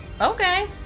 Okay